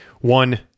one